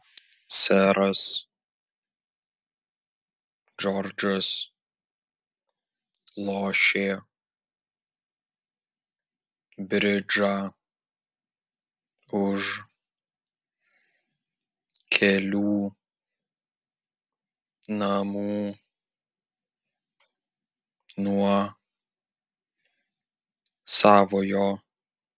seras džordžas lošė bridžą už kelių namų nuo savojo